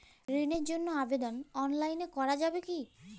ঋণের জন্য আবেদন অনলাইনে করা যাবে কি?